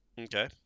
Okay